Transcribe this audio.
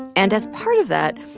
and as part of that,